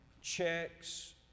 checks